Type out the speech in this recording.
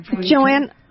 Joanne